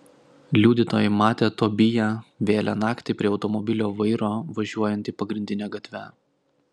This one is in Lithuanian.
liudytojai matę tobiją vėlią naktį prie automobilio vairo važiuojantį pagrindine gatve